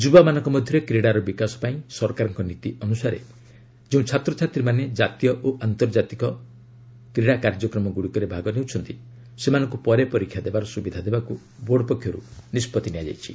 ଯୁବାମାନଙ୍କ ମଧ୍ୟରେ କ୍ରୀଡ଼ାର ବିକାଶ ପାଇଁ ସରକାରଙ୍କ ନୀତି ଅନ୍ଦସାରେ ଯେଉଁ ଛାତ୍ରଛାତ୍ରୀମାନେ ଜାତୀୟ ଓ ଆନ୍ତର୍ଜାତିକ କ୍ରୀଡ଼ା କାର୍ଯ୍ୟକ୍ରମଗୁଡ଼ିକରେ ଭାଗ ନେଉଛନ୍ତି ସେମାନଙ୍କୁ ପରେ ପରୀକ୍ଷା ଦେବାର ସୁବିଧା ଦେବାକୁ ବୋର୍ଡ ପକ୍ଷରୁ ନିଷ୍ପଭି ନିଆଯାଇଛି